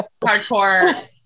Hardcore